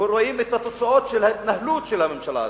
רואים את התוצאות של ההתנהלות של הממשלה הזאת,